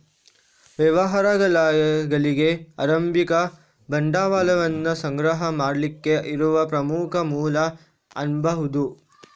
ವ್ಯವಹಾರಗಳಿಗೆ ಆರಂಭಿಕ ಬಂಡವಾಳವನ್ನ ಸಂಗ್ರಹ ಮಾಡ್ಲಿಕ್ಕೆ ಇರುವ ಪ್ರಮುಖ ಮೂಲ ಅನ್ಬಹುದು